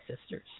sisters